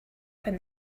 when